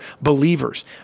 believers